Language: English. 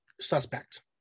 suspect